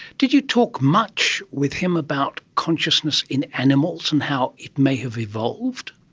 did you talk much with him about consciousness in animals and how it may have evolved?